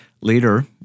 Later